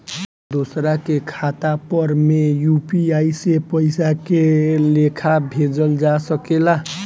दोसरा के खाता पर में यू.पी.आई से पइसा के लेखाँ भेजल जा सके ला?